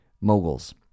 moguls